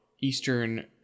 Eastern